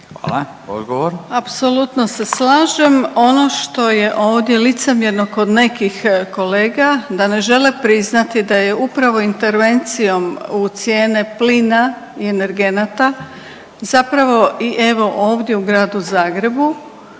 Grozdana (HDZ)** Apsolutno se slažem. Ono što je ovo licemjerno kod nekih kolega da ne žele priznati da je upravo intervencijom u cijene plina i energenata zapravo i evo ovdje u Gradu Zagrebu